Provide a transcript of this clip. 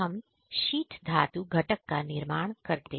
हम शीट धातु घटक का निर्माण करते हैं